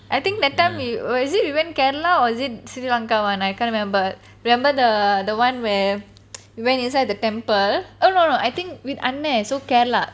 I think that time we or is it we went Kerala or is it sri lanka one I can't remember remember the one where we went inside the temple oh no no I think with Kerala